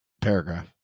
paragraph